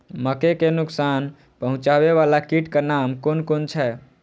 मके के नुकसान पहुँचावे वाला कीटक नाम कुन कुन छै?